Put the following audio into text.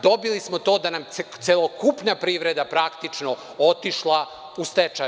Dobili smo to da se celokupna privreda praktično je otišla u stečaj.